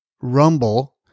rumble